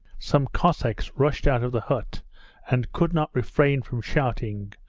some cossacks rushed out of the hut and could not refrain from shouting,